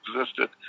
existed